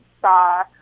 saw